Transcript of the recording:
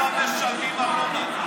כמה לא משלמים ארנונה?